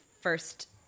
first